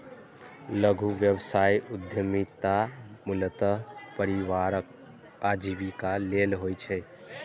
लघु व्यवसाय उद्यमिता मूलतः परिवारक आजीविका लेल होइ छै